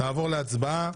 נעבור להצבעה.